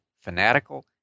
fanatical